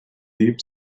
deep